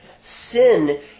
Sin